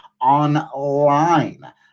Online